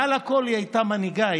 מעל הכול היא הייתה מנהיגה,